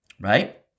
Right